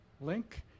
link